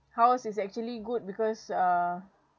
house is actually good because uh